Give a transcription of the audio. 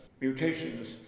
mutations